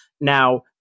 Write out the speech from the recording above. Now